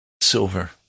silver